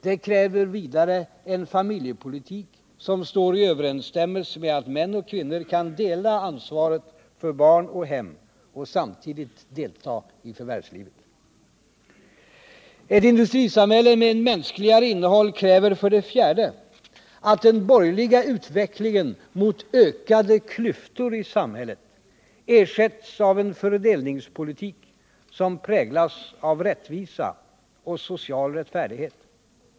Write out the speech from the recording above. Det kräver vidare en familjepolitik som står i överensstämmelse med att män och kvinnor kan dela ansvaret för barn och hem och samtidigt delta i förvärvslivet. Ett industrisamhälle med mänskligare innehåll kräver, för det fjärde, att den borgerliga utvecklingen mot ökade klyftor i samhället ersätts av en fördelningspolitik som präglas av rättvisa och social rättfärdighet.